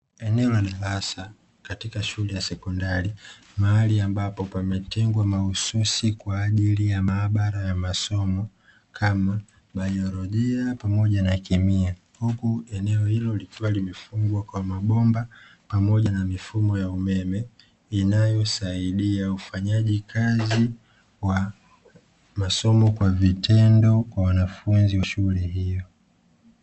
Eneo la kisasa , katika shule ya sekondari, mahali ambapo pametengwa mahususi kwaajili ya maabara ya masomo kama baiolojia pamoja na kemia , huku eneo hilo limefugwa kwa mabomba pamoja na mifumo ya umeme , inayosaidia ufanyaji kazi wa masomo kwa vitendo kwa wanafunzi wa shule hiyo.